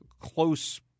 close